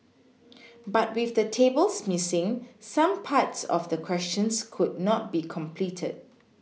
but with the tables Missing some parts of the questions could not be completed